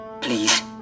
Please